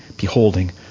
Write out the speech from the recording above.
beholding